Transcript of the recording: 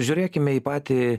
žiūrėkime į patį